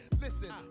listen